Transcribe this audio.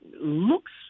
looks